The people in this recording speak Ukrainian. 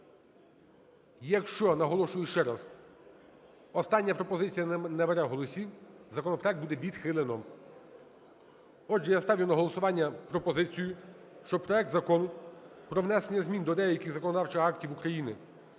Якщо, наголошую ще раз, остання пропозиція не набере голосів, законопроект буде відхилено. Отже, я ставлю на голосування пропозицію, що проект Закону про внесення змін до деяких законодавчих актів України